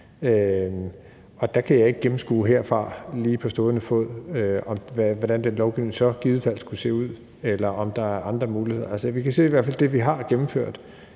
Der kan jeg ikke lige på stående fod gennemskue, hvordan den lovgivning i givet fald skulle se ud, eller om der er andre muligheder. Vi kan se, at det, vi har gennemført,